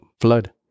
flood